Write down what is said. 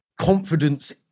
confidence